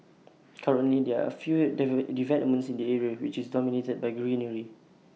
currently there are A few developments in the area which is dominated by greenery